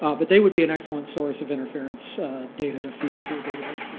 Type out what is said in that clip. ah but they would be an excellent source of interference data to feed into a database.